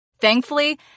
Thankfully